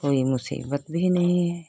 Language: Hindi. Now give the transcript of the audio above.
कोई मुसीबत भी नहीं है